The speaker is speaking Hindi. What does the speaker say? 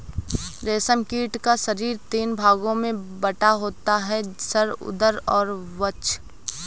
रेशम कीट का शरीर तीन भागों में बटा होता है सिर, उदर और वक्ष